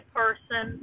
person